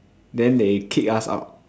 then they kick us out